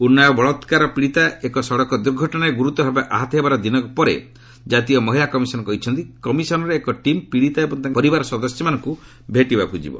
ଉନ୍ନାଓ ବଳାକାର ପିଡ଼ିତା ଏକ ସଡ଼କ ଦୂର୍ଘଟଣାରେ ଗୁରୁତର ଭାବେ ଆହତ ହେବାର ଦିନକ ପରେ ଜାତୀୟ ମହିଳା କମିଶନ୍ କହିଛନ୍ତି କମିଶନ୍ର ଏକ ଟିମ୍ ପିଡ଼ିତା ଏବଂ ତାଙ୍କ ପରିବାର ସଦସ୍ୟମାନଙ୍କୁ ଭେଟିବାକୁ ଯିବ